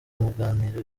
muganira